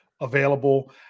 available